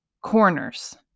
Corners